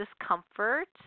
discomfort